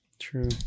True